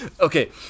Okay